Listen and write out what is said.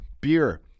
Beer